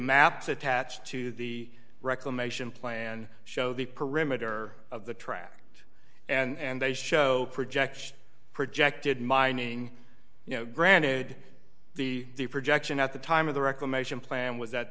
maps attached to the reclamation plan show the perimeter of the tract and they show project projected mining you know granted the projection at the time of the reclamation plan was that